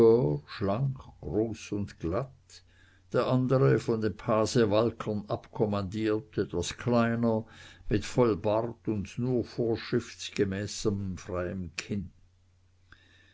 schlank groß und glatt der andere von den pasewalkern abkommandiert etwas kleiner mit vollbart und nur vorschriftsmäßig freiem kinn